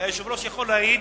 והיושב-ראש יכול להעיד